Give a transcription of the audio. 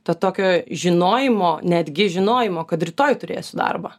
to tokio žinojimo netgi žinojimo kad rytoj turėsiu darbą